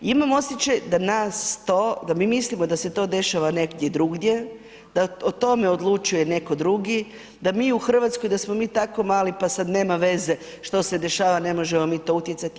Imam osjećaj da nas to, da mi mislimo da se to dešava negdje drugdje, da o tome odlučuje netko drugi, da mi u Hrvatskoj, da smo mi tako mali pa sad nema veze što se dešava, ne možemo mi to utjecati.